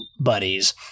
buddies